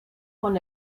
con